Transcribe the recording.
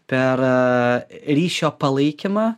per ryšio palaikymą